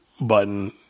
button